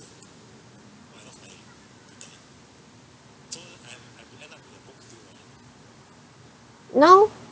now